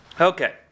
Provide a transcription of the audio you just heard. Okay